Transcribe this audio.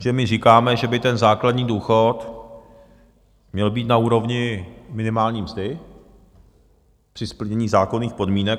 Protože my říkáme, že ten základní důchod by měl být na úrovni minimální mzdy, při splnění zákonných podmínek.